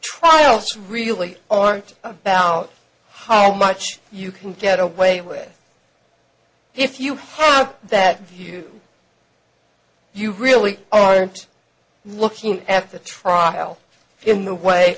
trials really aren't about how much you can get away with if you have that view you really aren't looking at the trial in the way